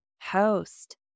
host